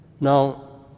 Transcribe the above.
Now